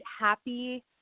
happy